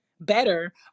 better